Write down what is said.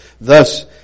Thus